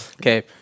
Okay